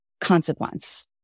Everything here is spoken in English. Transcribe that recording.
consequence